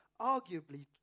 arguably